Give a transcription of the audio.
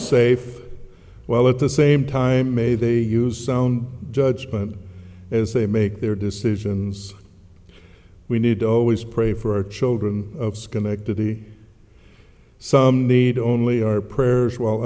safe while at the same time may they use sound judgment as they make their decisions we need to always pray for our children of schenectady some need only our prayers while